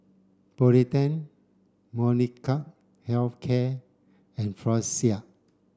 Polident Molnylcke health care and Floxia